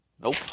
Nope